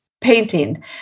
painting